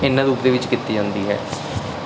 ਇਹਨਾਂ ਰੂਪ ਦੇ ਵਿੱਚ ਕੀਤੀ ਜਾਂਦੀ ਹੈ